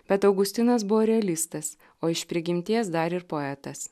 bet augustinas buvo realistas o iš prigimties dar ir poetas